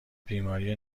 بیماری